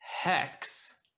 Hex